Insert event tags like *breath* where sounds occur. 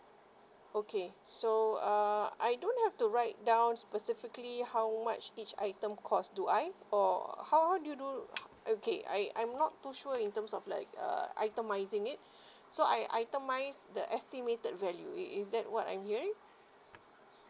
okay so uh I don't have to write down specifically how much each item cost do I or how how do you do okay I I'm not too sure in terms of like uh itemizing it *breath* so I itemize the estimated value i~ is that what I'm hearing